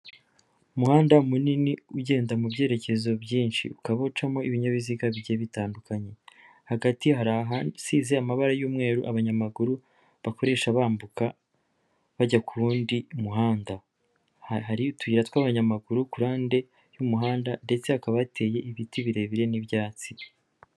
Umuhanda munini ugenda mu byerekezo byinshi, ukaba ucamo ibinyabiziga bigiye bitandukanye, hagati hari ahasize amabara y'umweru abanyamaguru bakoresha bambuka bajya wundi muhanda, hari utuyira tw'abanyamaguru ku ruhande y'umuhanda ndetse hakaba hateye ibiti birebire n'ibyatsi.